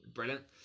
Brilliant